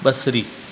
बसरी